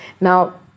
Now